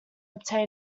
obtain